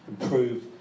improve